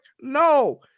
no